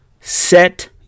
set